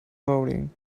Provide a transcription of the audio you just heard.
coding